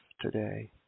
today